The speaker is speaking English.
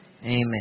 Amen